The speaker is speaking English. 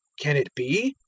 can it be,